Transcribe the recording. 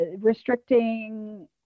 restricting